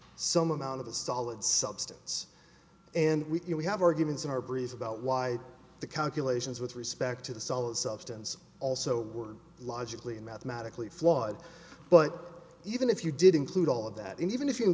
some amount of the solid substance and we know we have arguments in our breeze about why the calculations with respect to the solid substance also were logically mathematically flawed but even if you did include all of that even if you